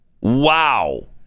Wow